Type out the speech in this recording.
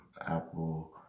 Apple